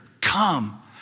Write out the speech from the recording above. come